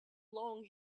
long